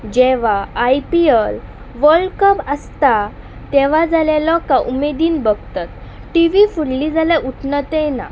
जेवा I P L world cup आसता तेवा जाल्या लोकां उमेदीन बगतात टी व्ही फुडली जाल्यार उठनतय ना